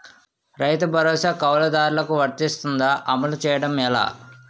రైతు భరోసా కవులుదారులకు వర్తిస్తుందా? అమలు చేయడం ఎలా